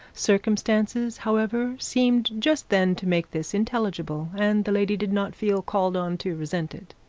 circumstances, however, seemed just then to make this intelligible, and the lady did not feel called on to resent it.